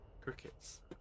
Crickets